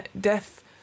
death